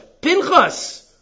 Pinchas